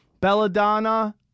Belladonna